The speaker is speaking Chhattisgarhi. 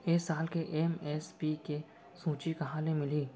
ए साल के एम.एस.पी के सूची कहाँ ले मिलही?